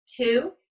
Two